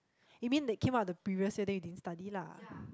you mean they came out the previous year then you didn't study lah